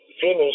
finish